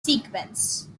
sequence